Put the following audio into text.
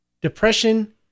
depression